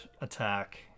attack